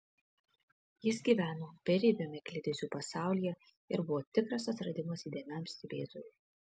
jis gyveno beribiame kliedesių pasaulyje ir buvo tikras atradimas įdėmiam stebėtojui